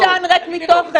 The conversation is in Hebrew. רק אתה צורח.